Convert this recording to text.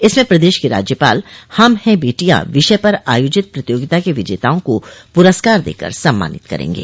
इसमें प्रदेश के राज्यपाल हम हैं बेटियां विषय पर आयोजित प्रतियोगिता के विजेताओं को पुरस्कार देकर सम्मानित करेंगे